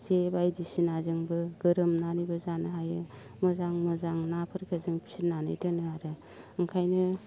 जे बायदिसिनाजोंबो गोरोमनानैबो जानो हायो मोजां मोजां नाफोरखो जों फिनानै दोनो आरो ओंखायनो